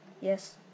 Yes